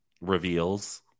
Reveals